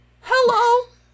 Hello